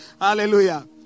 hallelujah